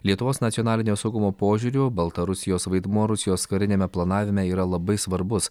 lietuvos nacionalinio saugumo požiūriu baltarusijos vaidmuo rusijos kariniame planavime yra labai svarbus